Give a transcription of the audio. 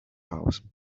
house